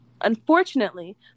Unfortunately